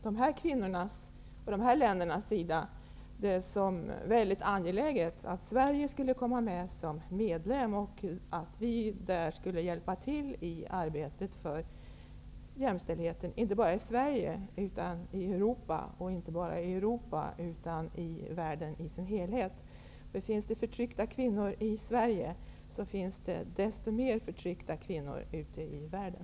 Dessa kvinnor såg det som mycket angeläget att Sverige skulle bli medlem i EG. Då kunde vi hjälpa till i arbetet för jämställdheten, såväl i Sverige som i Europa och i världen som helhet. Om det finns förtryckta kvinnor i Sverige, finns det desto fler förtryckta kvinnor ute i världen.